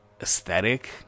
aesthetic